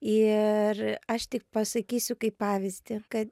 ir aš tik pasakysiu kaip pavyzdį kad